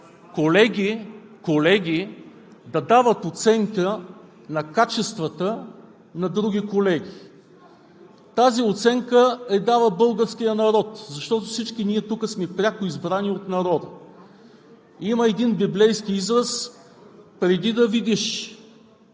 колеги да дават оценка на качествата на други колеги. Тази оценка я дава българският народ, защото всички ние тук сме пряко избрани от народа. Има един библейски израз – преди да видиш